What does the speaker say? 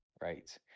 right